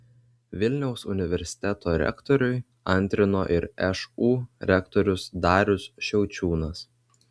vilniaus universiteto rektoriui antrino ir šu rektorius darius šiaučiūnas